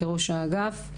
כראש האגף,